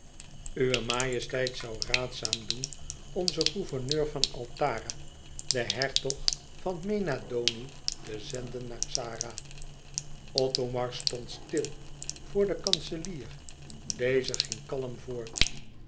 uwe majesteit zoû raadzaam doen onzen gouverneur van altara den hertog van mena doni te zenden naar xara othomar stond stil voor den kanselier deze ging kalm voort